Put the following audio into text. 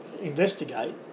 investigate